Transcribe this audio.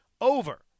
over